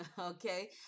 Okay